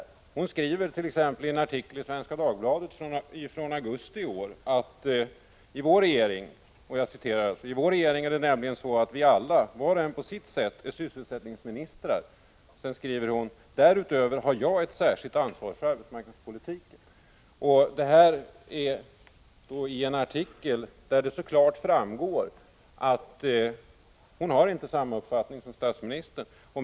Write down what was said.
Arbetsmarknadsministern skriver t.ex. i en artikel i Svenska Dagbladet från augusti i år följande: ”I vår regering är det nämligen så att vi alla, var och en på sitt sätt, är sysselsättningsministrar. Därutöver har jag ett särskilt ansvar för arbetsmarknadspolitiken.” Av den här artikeln framgår alltså klart att arbetsmarknadsministern inte har samma uppfattning som statsministern.